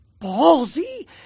ballsy